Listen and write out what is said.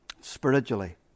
spiritually